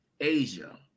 Asia